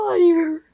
Fire